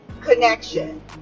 connection